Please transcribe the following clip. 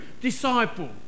disciple